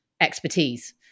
expertise